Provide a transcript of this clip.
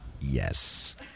yes